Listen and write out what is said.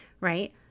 right